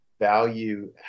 value